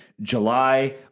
July